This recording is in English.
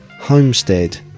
Homestead